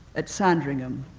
at sandringham,